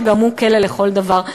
שגם הוא כלא לכל דבר.